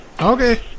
Okay